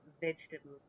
vegetables